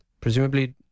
presumably